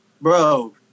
Bro